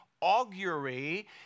augury